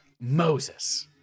moses